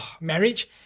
marriage